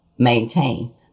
maintain